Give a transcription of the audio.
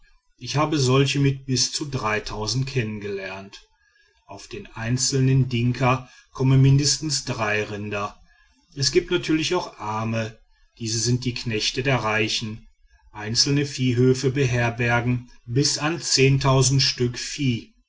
ich habe solche mit bis zu kennen gelernt auf den einzelnen dinka kommen mindestens drei rinder es gibt natürlich auch arme diese sind die knechte der reichen einzelne viehhöfe beherbergen bis an stück vieh